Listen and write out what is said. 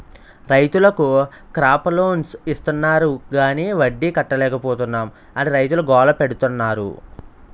రైతులకు crop loans ఇస్తాన్నారు గాని వడ్డీ కట్టలేపోతున్నాం అని రైతులు గోల పెడతన్నారు